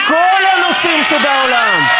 מכל הנושאים שבעולם.